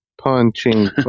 Punching